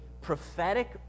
prophetic